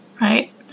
right